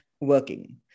working